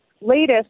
latest